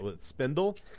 Spindle